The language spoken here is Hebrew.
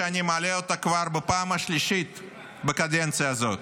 שאני מעלה אותה כבר בפעם השלישית בקדנציה הזאת.